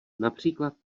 například